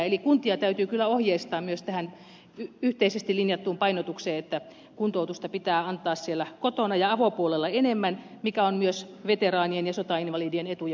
eli kuntia täytyy kyllä ohjeistaa myös tähän yhteisesti linjattuun painotukseen että kuntoutusta pitää antaa siellä kotona ja avopuolella enemmän mikä on myös veteraanien ja sotainvalidien etujen mukaista